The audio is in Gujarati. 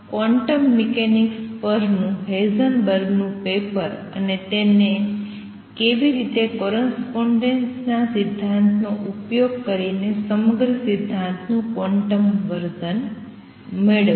ક્વોન્ટમ મિકેનિક્સ પર નું હેઝનબર્ગ નું પેપર અને તેને કેવી રીતે કોરસ્પોંડેન્સ ના સિદ્ધાંતનો ઉપયોગ કરીને સમગ્ર સિદ્ધાંત નુ ક્વોન્ટમ વર્સન મળ્યું